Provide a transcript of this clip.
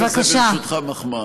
בבקשה.